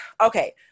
Okay